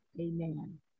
Amen